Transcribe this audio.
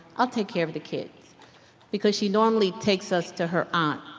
i'll take care of the kids because she normally takes us to her ah